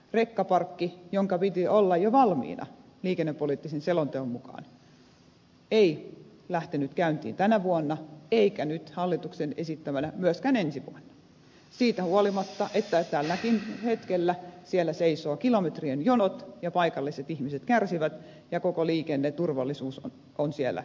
rekkaparkki jonka piti olla jo valmiina liikennepoliittisen selonteon mukaan ei lähtenyt käyntiin tänä vuonna eikä nyt hallituksen esittämänä lähde myöskään ensi vuonna siitä huolimatta että tälläkin hetkellä siellä seisovat kilometrien jonot ja paikalliset ihmiset kärsivät ja koko liikenneturvallisuus on siellä suurena kysymyksenä